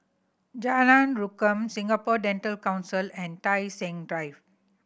Jalan Rukam Singapore Dental Council and Tai Seng Drive